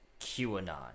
qanon